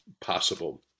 possible